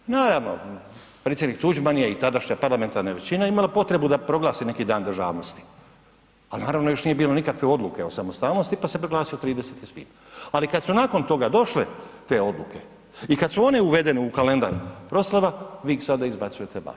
Naravno predsjednik Tuđman je i tadašnja parlamentarna većina imala potrebu da proglasi neki dan državnosti, a naravno još nije bilo nikakve odluke o samostalnosti pa se proglasio 30. svibnja, ali kad su nakon toga došle te odluke i kad su one uvedene u kalendar proslava, vi ih sada izbacujete van.